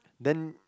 then